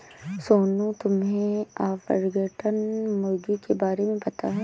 सोनू, तुम्हे ऑर्पिंगटन मुर्गी के बारे में पता है?